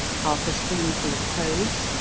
half a spoonful of cloves,